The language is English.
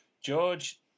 George